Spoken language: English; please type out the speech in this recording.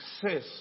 success